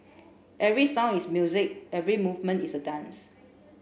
every sound is music every movement is a dance